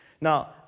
Now